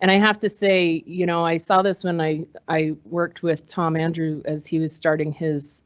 and i have to say, you know, i saw this when i i worked with tom andrew as he was starting his.